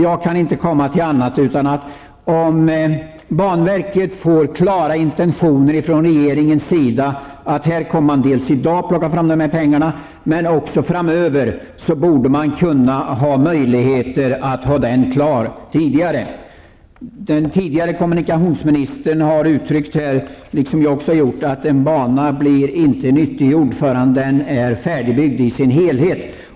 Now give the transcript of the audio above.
Jag kan inte se annat än att om banverket får klara intentioner från regeringen om att man inte bara i dag utan även framöver anslår pengar, borde det finnas möjligheter att färdigställa Västkustbanan tidigare. Den förre kommunikationsministern -- liksom även jag -- har uttryckt det så, att en bana blir inte nyttiggjord förrän den är färdigbyggd i sin helhet.